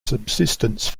subsistence